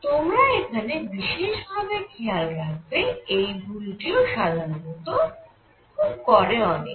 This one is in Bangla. তোমরা এখানে বিশেষ ভাবে খেয়াল রাখবে এই ভুলটিও সাধারনত খুব করে অনেকে